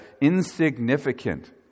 insignificant